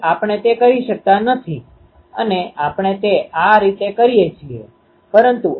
અને આપણે કહી શકીએ કે r1 અને r2 દુરના ક્ષેત્રે છે